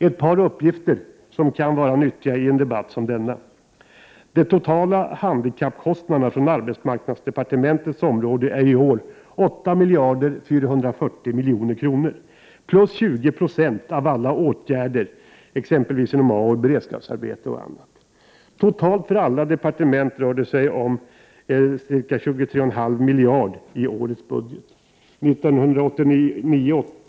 Ett par uppgifter som kan vara nyttiga i en debatt som denna: De totala handikappkostnaderna från arbetsmarknadsdepartementets område är i år 8440 milj.kr. plus 20 2 av alla åtgärder, exempelvis inom AMU, beredskapsarbeten och annat. Totalt för alla departement rör det sig om ca 23,5 miljarder i årets budget.